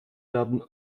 werden